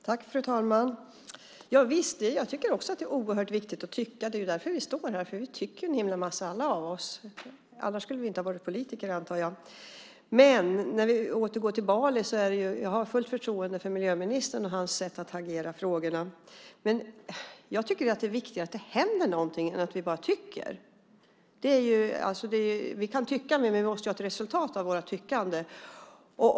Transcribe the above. Fru talman! Visst, jag tycker också att det är oerhört viktigt att tycka. Det är därför vi står här. Vi tycker allesammans en massa saker, annars skulle vi väl inte vara politiker. För att återgå till Bali har jag fullt förtroende för miljöministern och hans sätt att hantera frågorna. Det är viktigt att det händer någonting och att vi inte bara tycker. Vi kan tycka, men vi måste få resultat av vårt tyckande.